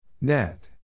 Net